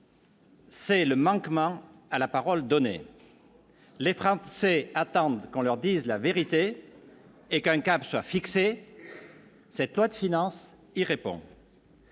c'est le manquement à la parole donnée. Les Français attendent qu'on leur dise la vérité et qu'un cap soit fixé. Le projet de loi de finances répond